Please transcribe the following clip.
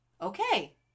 okay